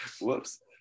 whoops